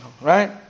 Right